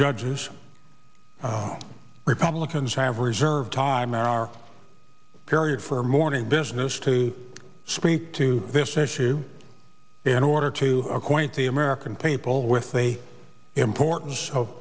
judges republicans have reserved time hour period for morning business to speak to this issue in order to acquaint the american people with the importance of